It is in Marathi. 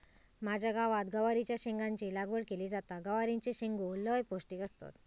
माझ्या गावात गवारीच्या शेंगाची लागवड केली जाता, गवारीचे शेंगो लय पौष्टिक असतत